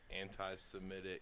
anti-Semitic